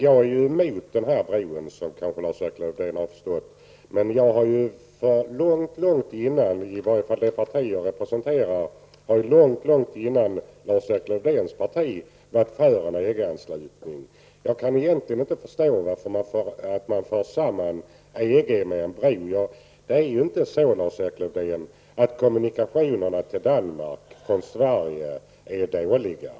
Jag är emot den här bron, som kanske Lars-Erik Lövdén har förstått. Men det parti jag representerar har ju långt före Lars-Erik Lövdén parti varit för en EG-anslutning. Jag kan egentligen inte förstå varför man för samman en EG-anslutning med en bro. Det är ju inte så, Lars-Erik Lövdén, att kommunikationerna mellan Sverige och Danmark är dåliga.